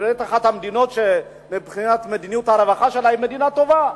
זו באמת אחת המדינות שמבחינת מדיניות הרווחה שלה היא מדינה טובה.